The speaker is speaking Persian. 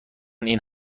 این